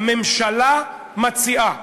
הממשלה מציעה